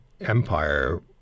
empire